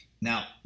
Now